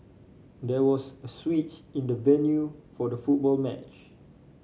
there was a switch in the venue for the football match